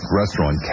restaurant